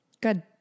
Good